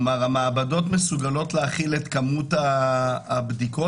הדבר הזה יצר עומסים כבדים על פרדס חנה,